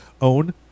own